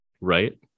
right